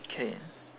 okay